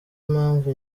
impamvu